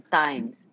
times